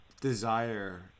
desire